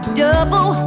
double